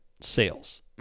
sales